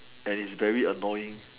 and is very annoying